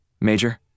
Major